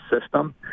system